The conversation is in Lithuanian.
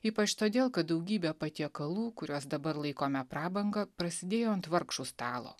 ypač todėl kad daugybė patiekalų kuriuos dabar laikome prabanga prasidėjo ant vargšų stalo